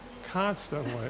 constantly